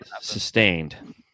Sustained